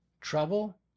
Trouble